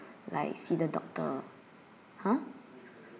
like see the doctor !huh!